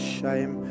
shame